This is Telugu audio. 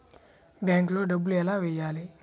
బ్యాంక్లో డబ్బులు ఎలా వెయ్యాలి?